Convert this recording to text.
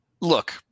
Look